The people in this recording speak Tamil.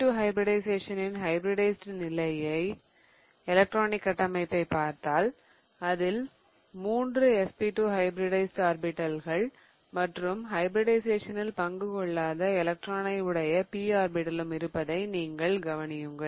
sp2 ஹைபிரிடிஷயேசனின் ஹைபிரிடைஸிட் நிலை எலக்ட்ரானிக் கட்டமைப்பை பார்த்தால் அதில் மூன்று sp2 ஹைபிரிடைஸிட் ஆர்பிடல்கள் மற்றும் ஹைபிரிடிஷயேசனில் பங்கு கொள்ளாத எலக்ட்ரானை உடைய p ஆர்பிடலும் இருப்பதை நீங்கள் கவனியுங்கள்